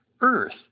Earth